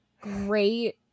great